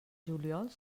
juliol